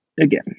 again